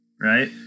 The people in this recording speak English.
right